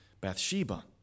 Bathsheba